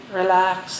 relax